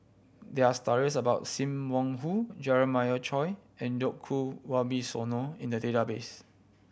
there are stories about Sim Wong Hoo Jeremiah Choy and Djoko Wibisono in the database